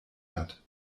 hat